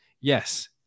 yes